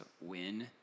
win